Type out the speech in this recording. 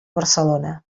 barcelona